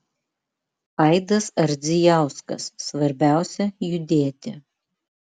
aidas ardzijauskas svarbiausia judėti